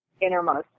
innermost